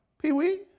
Pee-wee